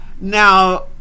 Now